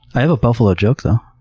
i have a buffalo joke, though.